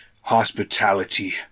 hospitality